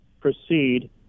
proceed